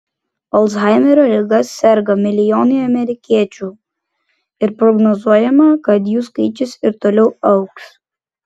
alzhaimerio liga serga milijonai amerikiečių ir prognozuojama kad jų skaičius ir toliau augs